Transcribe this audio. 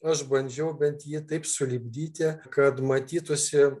aš bandžiau bent jį taip sulipdyti kad matytųsi